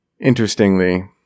interestingly